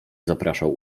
zapraszał